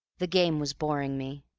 the game was boring me.